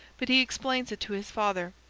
but he explains it to his father.